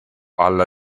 alla